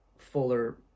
fuller